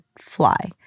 fly